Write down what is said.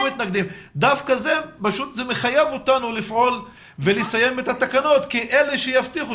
דווקא זה מחייב אותנו לפעול ולסיים את התקנות כי אלה יבטיחו